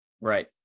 Right